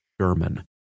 Sherman